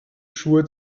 schuhe